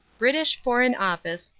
british foreign office.